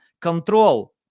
control